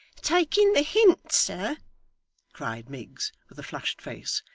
taking the hint, sir cried miggs, with a flushed face,